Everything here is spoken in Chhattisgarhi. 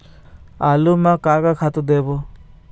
आलू म का का खातू देबो?